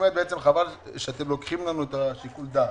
חבל שאתם לוקחים לנו את שיקול הדעת.